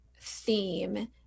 theme